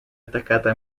attaccata